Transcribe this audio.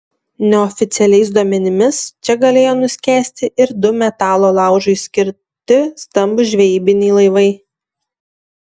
neoficialiais duomenimis čia galėjo nuskęsti ir du metalo laužui skirti stambūs žvejybiniai laivai